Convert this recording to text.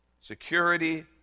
security